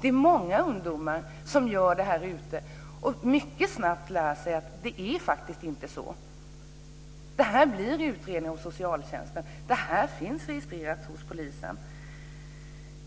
Det är många ungdomar som gör det här och som mycket snabbt lär sig att det inte är så. Det blir en utredning hos socialtjänsten, och det finns registrerat hos polisen.